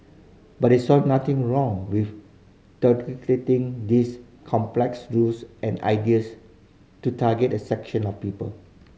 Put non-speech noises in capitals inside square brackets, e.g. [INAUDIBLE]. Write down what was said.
but they saw nothing wrong with [UNINTELLIGIBLE] these complex rules and ideas to target a section of people